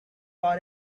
far